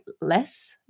less